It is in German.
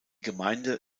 gemeinde